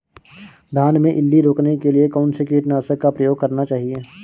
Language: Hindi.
धान में इल्ली रोकने के लिए कौनसे कीटनाशक का प्रयोग करना चाहिए?